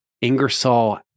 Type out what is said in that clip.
Ingersoll